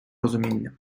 розуміння